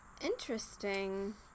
interesting